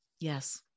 Yes